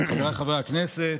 חבריי חברי הכנסת,